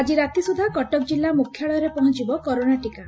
ଆକି ରାତି ସୁଦ୍ଧା କଟକ ଜିଲ୍ଲା ମୁଖ୍ୟାଳୟରେ ପହଞିବ କରୋନା ଟିକା